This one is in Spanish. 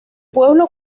pueblo